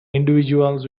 individuals